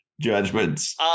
judgments